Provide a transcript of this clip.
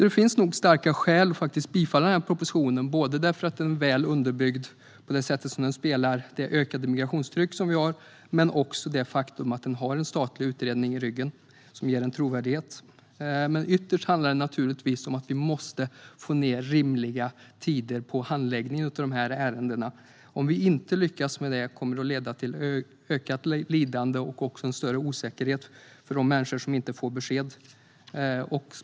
Det finns starka skäl att yrka bifall till propositionen: Den är väl underbyggd eftersom den speglar vårt ökade migrationstryck, och den har en statlig utredning i ryggen som ger den trovärdighet. Ytterst handlar det naturligtvis om att vi måste få ned handläggningstiderna för ärendena till rimliga nivåer. Lyckas vi inte med detta kommer det att leda till ett ökat lidande och en större osäkerhet för de människor som inte får besked.